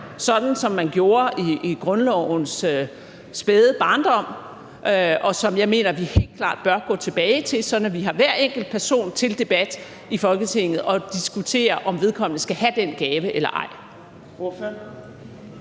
sådan som man gjorde i grundlovens spæde barndom, og som jeg mener at vi helt klart bør gå tilbage til, sådan at vi har hver enkelt person til debat i Folketinget og diskuterer, om vedkommende skal have den gave eller ej.